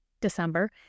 December